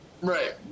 Right